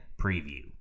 preview